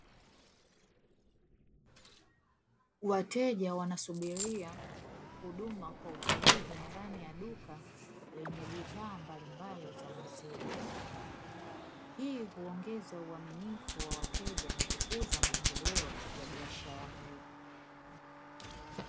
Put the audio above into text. Wateja wanasubiria huduma kwa utulivu ndani ya duka, lenye bidhaa mbalimbali za maziwa, hii huongeza uaminifu wa wateja na kukuza maendeleo ya biashara hiyo.